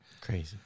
Crazy